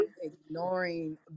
ignoring